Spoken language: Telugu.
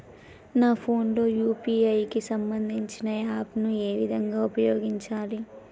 నా ఫోన్ లో యూ.పీ.ఐ కి సంబందించిన యాప్ ను ఏ విధంగా ఉపయోగించాలి?